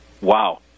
wow